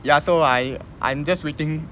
ya so I I'm just waiting